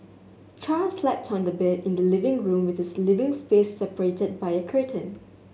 Char slept on a bed in the living room with his living space separated by a curtain